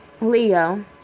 Leo